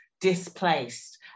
displaced